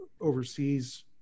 overseas